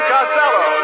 Costello